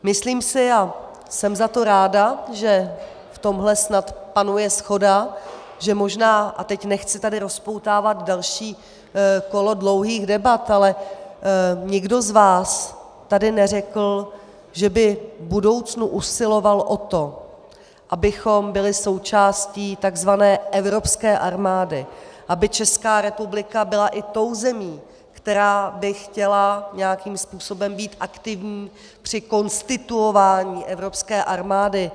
Myslím si, a jsem za to ráda, že v tomhle snad panuje shoda, že možná, a teď tady nechci rozpoutávat další kolo dlouhých debat, ale nikdo z vás tady neřekl, že by v budoucnu usiloval o to, abychom byli součástí tzv. evropské armády, aby Česká republika byla i tou zemí, která by chtěla nějakým způsobem být aktivní při konstituování evropské armády.